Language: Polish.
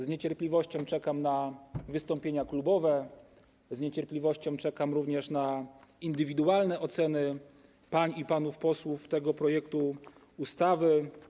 Z niecierpliwością czekam na wystąpienia klubowe, z niecierpliwością czekam również na indywidualne oceny pań i panów posłów dotyczące tego projektu ustawy.